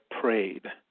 prayed